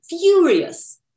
furious